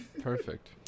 Perfect